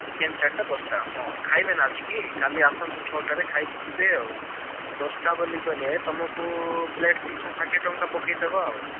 chicken ଚାଟ୍ଟା ଦଶଟା ହଁ ଖାଇବେନା ଆସିକି କାଲି ଆସନ୍ତୁ ଛଅଟାରେ ଖାଇକି ଯିବେ ଆଉ ଦଶଟା ବୋଲି କହିଲେ ତମକୁ ପ୍ଲେଟ୍ ପିଛା ଷାଠିଏ ଟଙ୍କା ପକାଇଦେବା ଆଉ